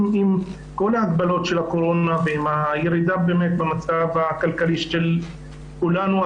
עם כל ההגבלות של הקורונה והירידה באמת במצב הכלכלי של כולנו,